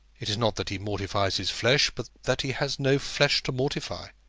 it is not that he mortifies his flesh, but that he has no flesh to mortify.